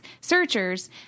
searchers